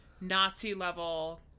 Nazi-level